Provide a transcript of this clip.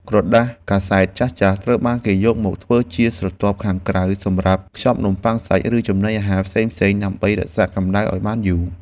ក្រដាសកាសែតចាស់ៗត្រូវបានគេយកមកធ្វើជាស្រទាប់ខាងក្រៅសម្រាប់ខ្ចប់នំបុ័ងសាច់ ឬចំណីអាហារផ្សេងៗដើម្បីរក្សាកម្ដៅឱ្យបានយូរ។